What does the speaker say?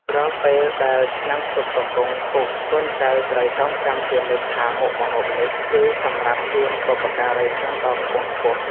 រាល់ពេលដែលឆ្នាំងស៊ុបកំពុងពុះកូនចៅត្រូវចងចាំជានិច្ចថាមុខម្ហូបនេះ គឺសម្រាប់ជូនបុព្វការីជនដ៏ខ្ពង់ខ្ពស់។